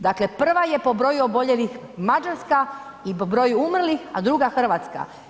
Dakle, prva je po broju oboljelih Mađarska i po broju umrlih, a druga Hrvatska.